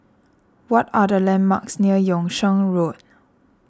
what are the landmarks near Yung Sheng Road